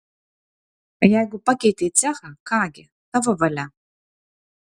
jeigu pakeitei cechą ką gi tavo valia